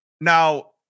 Now